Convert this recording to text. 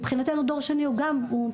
מבחינתו דור שני הוא עולים.